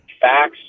facts